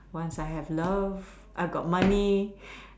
once I have love I've got money